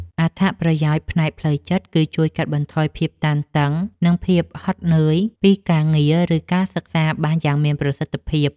អត្ថប្រយោជន៍ផ្នែកផ្លូវចិត្តគឺជួយកាត់បន្ថយភាពតានតឹង និងភាពហត់នឿយពីការងារ ឬការសិក្សាបានយ៉ាងមានប្រសិទ្ធភាព។